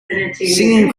singing